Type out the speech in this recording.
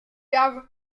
have